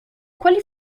quali